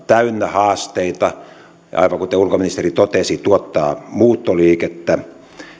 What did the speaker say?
täynnä haasteita ja aivan kuten ulkoministeri totesi tuottaa muuttoliikettä